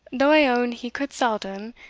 though i own he could seldom,